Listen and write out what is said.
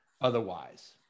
otherwise